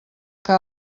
que